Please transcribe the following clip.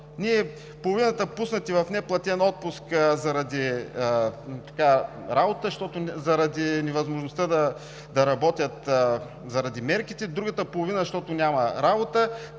Половината са пуснати в неплатен отпуск заради невъзможността да работят поради мерките, другата половина, защото няма работа,